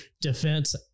Defense